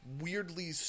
weirdly